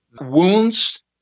wounds